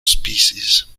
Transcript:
species